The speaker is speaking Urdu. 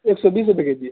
ایک سو بیس روپیے کے جی